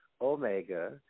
Omega